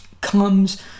comes